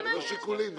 זה לא שיקולים.